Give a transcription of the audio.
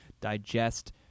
digest